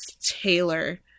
Taylor